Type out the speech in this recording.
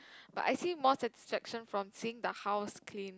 but I see more satisfaction from seeing the house clean